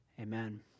Amen